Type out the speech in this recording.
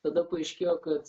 tada paaiškėjo kad